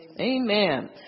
Amen